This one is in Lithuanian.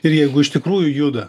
ir jeigu iš tikrųjų juda